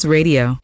Radio